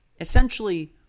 Essentially